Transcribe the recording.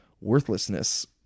worthlessness